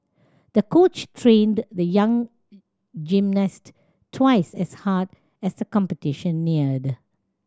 the coach trained the young gymnast twice as hard as the competition neared